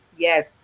Yes